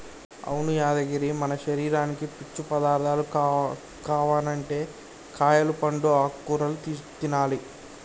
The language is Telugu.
అవును యాదగిరి మన శరీరానికి పీచు పదార్థాలు కావనంటే కాయలు పండ్లు ఆకుకూరలు తినాలి